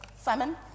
Simon